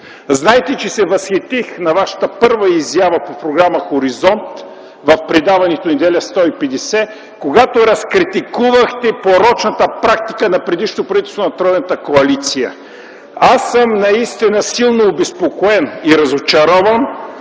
Знаете, че се възхитих на Вашата първа изява по програма „Хоризонт” в предаването „Неделя 150”, когато разкритикувахте порочната практика на предишното правителство на тройната коалиция. Аз съм наистина силно обезпокоен и разочарован,